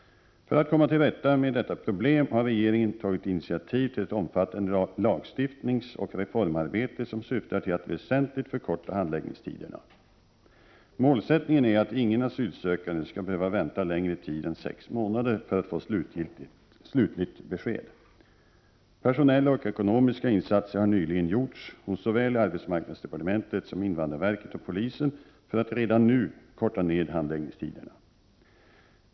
För att komma till rätta med detta problem har regeringen tagit initiativ till ett omfattande lagstiftningsoch reformarbete som syftar till att väsentligt förkorta handläggningstiderna. Målsättningen är att ingen asylsökande skall behöva vänta längre tid än sex månader för att få slutligt besked. Personella och ekonomiska insatser har nyligen gjorts hos såväl arbetsmarknadsdepartementet som invandrarverket och polisen för att redan nu korta ned handläggningstiderna.